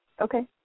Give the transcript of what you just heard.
Okay